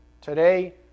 today